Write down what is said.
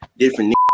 different